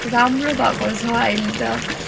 राम्रो भएको छ अहिले त